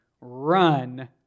run